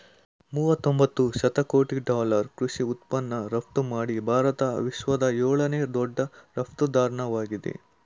ಮೂವತೊಂಬತ್ತು ಶತಕೋಟಿ ಡಾಲರ್ ಕೃಷಿ ಉತ್ಪನ್ನ ರಫ್ತುಮಾಡಿ ಭಾರತ ವಿಶ್ವದ ಏಳನೇ ದೊಡ್ಡ ರಫ್ತುದಾರ್ನಾಗಿದೆ